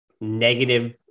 negative